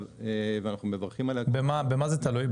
ואנחנו מברכים עליה --- במה זה תלוי,